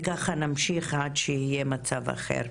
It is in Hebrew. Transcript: וככה נמשיך עד שיהיה מצב אחר.